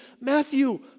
Matthew